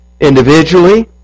individually